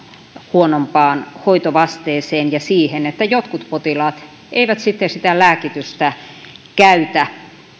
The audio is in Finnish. huonompaan hoitovasteeseen ja siihen että jotkut potilaat eivät sitten sitä lääkitystä käytä